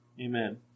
Amen